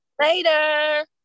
Later